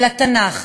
לתנ"ך,